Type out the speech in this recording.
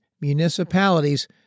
municipalities